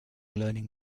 learning